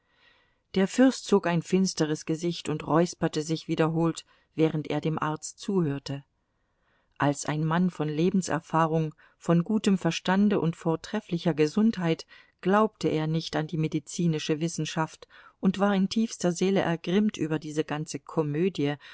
der fürst zog ein finsteres gesicht und räusperte sich wiederholt während er dem arzt zuhörte als ein mann von lebenserfahrung von gutem verstande und vortrefflicher gesundheit glaubte er nicht an die medizinische wissenschaft und war in tiefster seele ergrimmt über diese ganze komödie